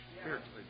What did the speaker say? spiritually